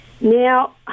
Now